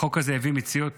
החוק הזה יביא למציאות